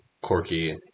quirky